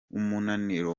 umunaniro